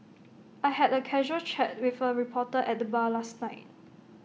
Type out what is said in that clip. I had A casual chat with A reporter at the bar last night